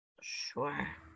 sure